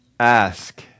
Ask